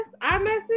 iMessage